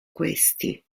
questi